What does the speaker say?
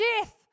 death